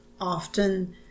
often